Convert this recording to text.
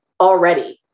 already